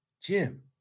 Jim